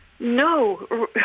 No